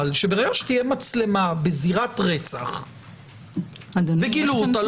שברגע שתהיה מצלמה בזירת רצח וגילו אותה,